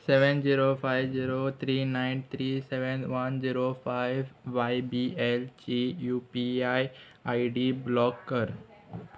seven zero five zero three nine three seven one zero five Y B L ची U P I I D block कर